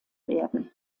werden